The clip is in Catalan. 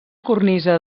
cornisa